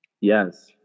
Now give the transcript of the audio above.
Yes